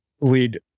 lead